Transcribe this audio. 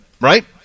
Right